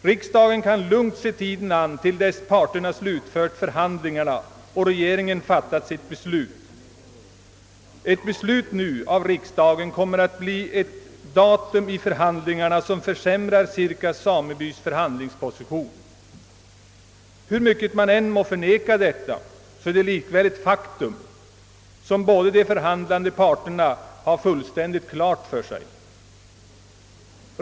Riksdagen kan lugnt se tiden an till dess parterna slutfört förhandlingarna och regeringen fattat sitt beslut. Ett beslut nu av riksdagen skulle bli ett datum i förhandlingarna som försämrar Sirka samebys position. Hur mycket man än må förneka detta, är det likväl ett faktum som båda de förhandlande parterna har fullständigt klart för sig.